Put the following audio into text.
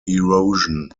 erosion